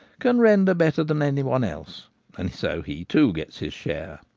can render better than any one else and so he too gets his share.